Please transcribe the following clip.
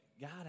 God